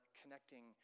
connecting